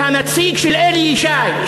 והנציג של אלי ישי,